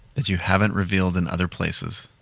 that you haven't revealed in other places,